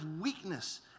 weakness